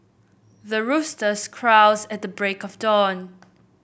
the roosters crows at the break of dawn